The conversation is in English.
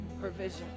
provision